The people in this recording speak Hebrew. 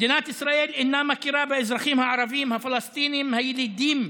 מדינת ישראל אינה מכירה באזרחים הערבים-הפלסטינים הילידים,